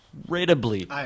incredibly